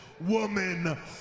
woman